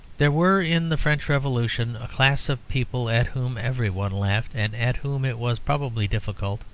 there were in the french revolution a class of people at whom everybody laughed, and at whom it was probably difficult,